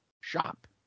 shop